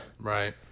Right